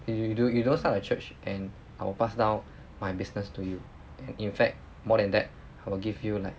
you you do you don't start a church and I'll pass down my business to you and in fact more than that I will give you like